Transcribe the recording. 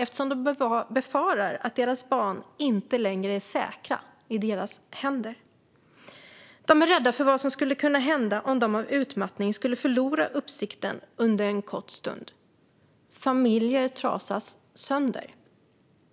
eftersom de befarar att deras barn inte längre är säkra i deras händer. De är rädda för vad som skulle kunna hända om de av utmattning skulle förlora uppsikten under en kort stund. Familjer trasas sönder.